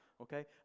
Okay